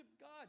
God